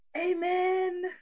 Amen